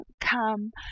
come